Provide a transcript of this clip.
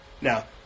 Now